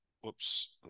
whoops